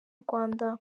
rwanda